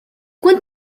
хүнд